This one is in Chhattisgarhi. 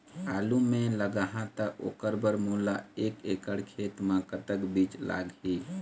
आलू मे लगाहा त ओकर बर मोला एक एकड़ खेत मे कतक बीज लाग ही?